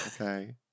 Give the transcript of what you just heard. Okay